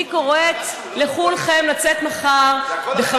אני קוראת לכולכם לצאת מחר ב-17:00,